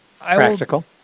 practical